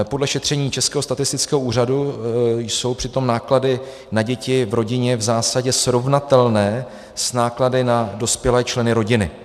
Podle šetření Českého statistického úřadu jsou přitom náklady na děti v rodině v zásadě srovnatelné s náklady na dospělé členy rodiny.